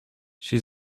she